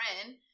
friend